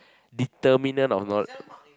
determinant of knowledge